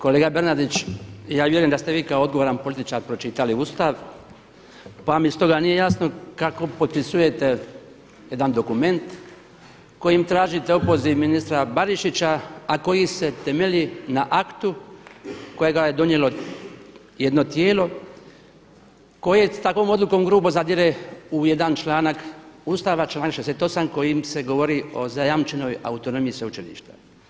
Kolega Bernardić, ja vjerujem da ste vi kao odgovoran političar pročitali Ustav pa mi stoga nije jasno kako potpisujete jedan dokument kojim tražite opoziv ministra Barišića a koji se temelji na aktu kojega je donijelo jedno tijelo koje s takvom odlukom grubo zadire u jedan članak Ustava, članak 68. kojim se govori o zajamčenoj autonomiji sveučilišta.